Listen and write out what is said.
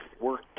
work